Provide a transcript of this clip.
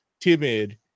timid